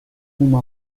uma